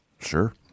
sure